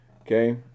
Okay